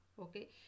okay